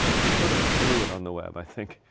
we sort of blew it on the web, think.